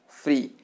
free